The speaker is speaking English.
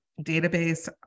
database